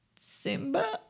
Simba